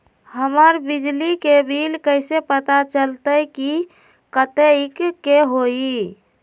हमर बिजली के बिल कैसे पता चलतै की कतेइक के होई?